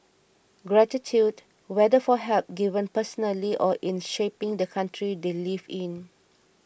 gratitude whether for help given personally or in shaping the country they live in